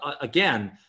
again